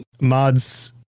mods